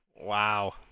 Wow